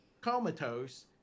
comatose